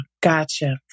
Gotcha